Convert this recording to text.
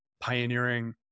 pioneering